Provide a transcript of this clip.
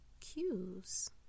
cues